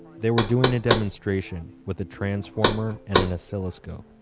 they were doing a demonstration with a transformer and an oscilloscope.